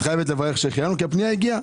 את חייבת לברך שהחיינו כי הפנייה הגיעה.